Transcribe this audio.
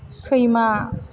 सैमा